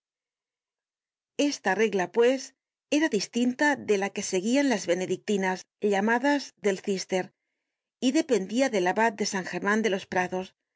esta regla pues era distinta de la que seguían las benedictinas llamadas del cister y dependia del abad de san german de los prados